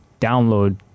download